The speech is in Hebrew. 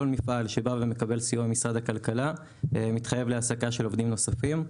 כל מפעל שמקבל סיוע ממשרד הכלכלה מתחייב להעסקה של עובדים נוספים.